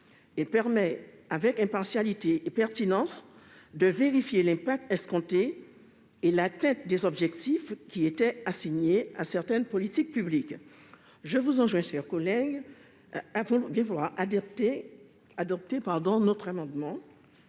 Elle permet avec impartialité et pertinence de vérifier l'impact escompté et l'atteinte des objectifs qui étaient assignés à certaines politiques publiques. Je vous invite donc, mes chers collègues, à adopter notre amendement.